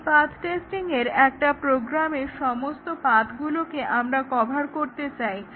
এই পাথ্ টেস্টিংয়ে একটা প্রোগ্রামের সমস্ত পাথ্গুলোকে আমরা কভার করতে চাই